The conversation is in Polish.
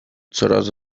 coraz